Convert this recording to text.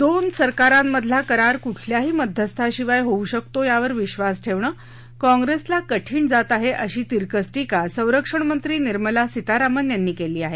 दोन सरकारांमधला करार कुठल्याही मध्यस्थाशिवाय होऊ शकतो यावर विश्वास ठेवणं काँप्रेसला कठिण जात आहे अशी तिरकस ीका संरक्षणमंत्री निर्मला सीतारामन यांनी केली आहे